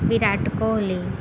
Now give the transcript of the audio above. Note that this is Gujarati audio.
વિરાટ કોહલી